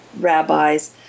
rabbis